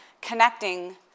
connecting